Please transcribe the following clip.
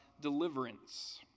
deliverance